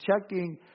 checking